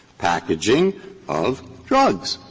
packaging of drugs.